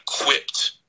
equipped